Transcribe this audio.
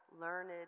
learned